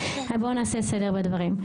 נעשה סדר בדברים.